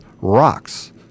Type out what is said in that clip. rocks